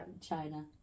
China